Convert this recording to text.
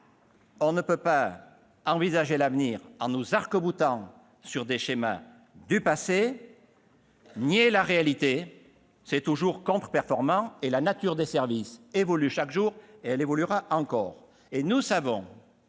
on ne peut pas envisager l'avenir en s'arc-boutant sur des schémas du passé ! Nier la réalité est toujours garantie de contre-performance ! La nature des services évolue bien chaque jour, et elle évoluera encore